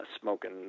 smoking